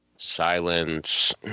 silence